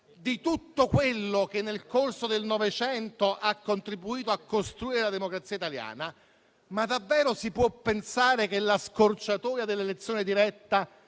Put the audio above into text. di tutto quello che nel corso del '900 ha contribuito a costruire la democrazia italiana, davvero si può pensare che la scorciatoia dell'elezione diretta